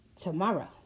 tomorrow